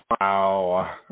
Wow